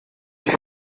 die